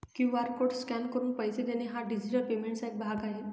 QR code scan करून पैसे देणे हा डिजिटल पेमेंटचा एक भाग आहे